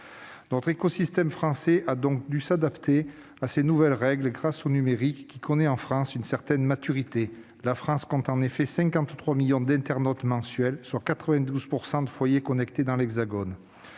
L'écosystème français a donc dû s'adapter à ces nouvelles règles, grâce au numérique, qui connaît en France une certaine maturité : notre pays compte en effet 53 millions d'internautes mensuels, ce qui représente 92 % de foyers connectés dans l'Hexagone.